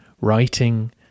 writing